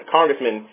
Congressman